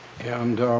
and